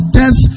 death